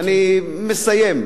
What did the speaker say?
אני מסיים.